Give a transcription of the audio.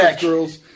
girls